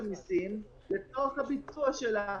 סעיף 6. אפשר להצביע?